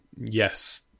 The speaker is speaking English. yes